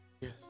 Yes